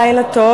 לילה טוב